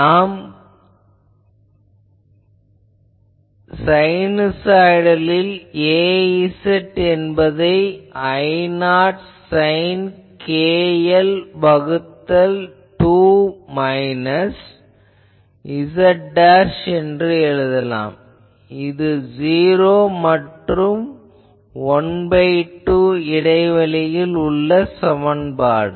நாம் சைனுசாய்டலில் az என்பதை I0 சைன் kl வகுத்தல் 2 மைனஸ் z எனலாம் இது '0' மற்றும் ½ இடைவெளிக்குள் உள்ள சமன்பாடு